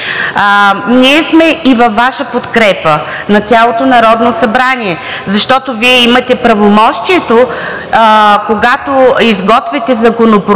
Ние сме и във Ваша подкрепа, на цялото Народното събрание. Защото Вие имате правомощието, когато изготвяте законопроекти,